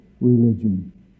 religion